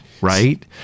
right